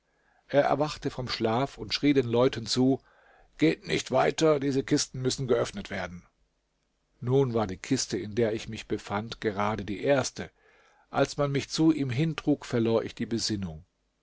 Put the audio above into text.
er erwachte vom schlaf und schrie den leuten zu geht nicht weiter diese kisten müssen geöffnet werden nun war die kiste in der ich mich befand gerade die erste als man mich zu ihm hintrug verlor ich die besinnung